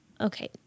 okay